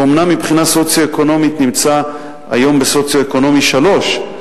שאומנם מבחינה סוציו-אקונומית נמצא היום בסוציו-אקונומי 3,